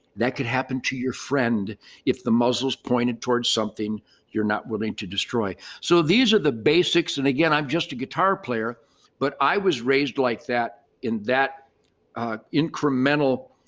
that could happen to your friend if the muzzle's pointed towards something you're not willing to destroy. so these are the basics. and again, i'm just a guitar player but i was raised like that in that incremental